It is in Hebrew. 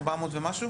400 ומשהו?